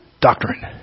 doctrine